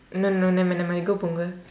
no no nevermind nevermind we go punggol